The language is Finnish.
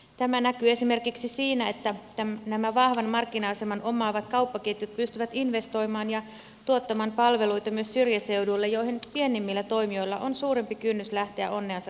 tämä näkyy esimerkiksi siinä että nämä vahvan markkina aseman omaavat kauppaketjut pystyvät investoimaan ja tuottamaan palveluita myös syrjäseuduille minne pienemmillä toimijoilla on suurempi kynnys lähteä onneansa kokeilemaan